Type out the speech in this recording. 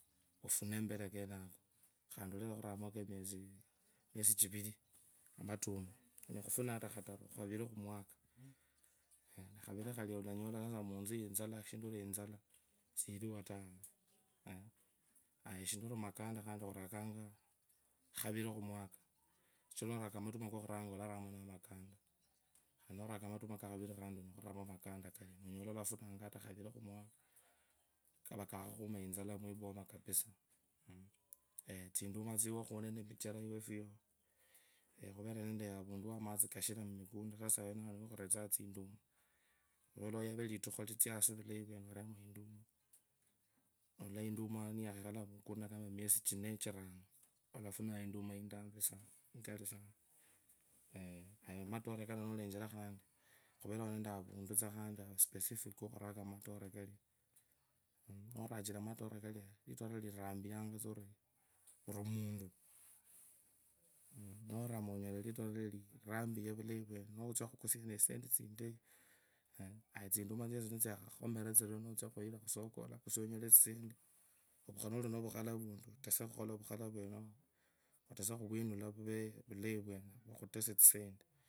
Ofune mbere kenako khandi orera khurakokemwesi mwesi chiviri matuma onyala khufuna ata khaturakhaviri khumarika khuri khalia olanyola mutsu itsaka siyirumu taa aya shindu ori mukanda orakanga khaviri khumwaka sichira novaka mutuma kokhuranya oraramo namakanda noraka matuma kakhaviri oraramo namakanda kandi kave kakhumire itsala mwipoma kapisaa etsinduma tsiwo khunendee emichera iwefu ino, afundu wa motsi kushiro avuntu kama nwenao nio wakhurakanga tsinduma khaye oyavee litukho litsie asivulayi vwene khoremu induma. arii mmm norama onyala itore lirambiye vulayi vwene notsia khukusia unotsisendi tsindei ayaa tsinduma tsasi nitsakhakhomesa notsia khoyira khusoko nonyola tsisendi nuri nooo vukhala vurwo nokhwirunuka vivee vivevulai vwene vukhutase tsisendi.